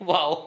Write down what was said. Wow